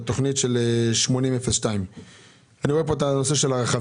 בתכנית 80-02. אני רואה כאן את הנושא של הרכבים.